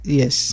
yes